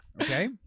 Okay